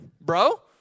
bro